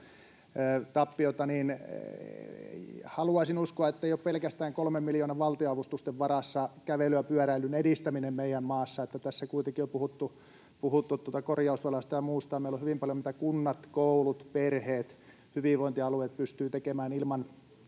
Haluaisin uskoa, että ei ole pelkästään kolmen miljoonan valtionavustusten varassa kävelyn ja pyöräilyn edistäminen meidän maassa. Tässä kuitenkin on puhuttu korjausvelasta ja muusta. Meillä on hyvin paljon, mitä kunnat, koulut, perheet ja hyvinvointialueet pystyvät tekemään ilman